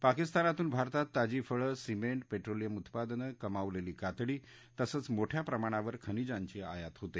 पाकिस्तानातून भारतात ताजी फळं सिमेंट पेट्रोलियम उत्पादन कमावलेली कातडी तसंच मोठ्या प्रमाणावर खनिजाची आयात होते